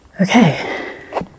Okay